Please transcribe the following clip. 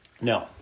No